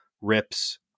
rips